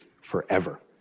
forever